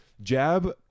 Jab